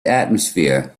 atmosphere